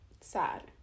sad